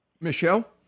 Michelle